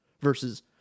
versus